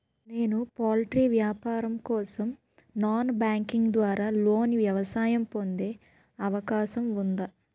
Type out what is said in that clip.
నేను పౌల్ట్రీ వ్యాపారం కోసం నాన్ బ్యాంకింగ్ ద్వారా లోన్ సహాయం పొందే అవకాశం ఉందా?